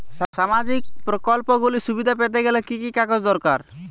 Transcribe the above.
সামাজীক প্রকল্পগুলি সুবিধা পেতে গেলে কি কি কাগজ দরকার?